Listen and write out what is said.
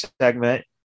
segment